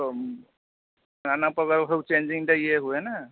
ନାନାପ୍ରକାର ସବୁ ଚେଜିଙ୍ଗ୍ଟା ସବୁ ଇଏ ହୁଏ ନା